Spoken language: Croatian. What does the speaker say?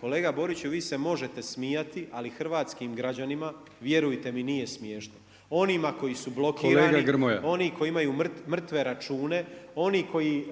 kolega Boriću vi se možete smijati ali hrvatskim građanima, vjerujte mi nije smiješno, onima koji su blokirani, oni koji imaju mrtve račune, oni koji